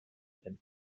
and